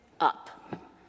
up